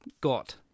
got